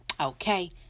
okay